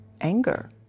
anger